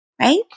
right